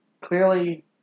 clearly